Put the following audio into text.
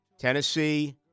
Tennessee